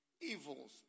Evils